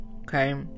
Okay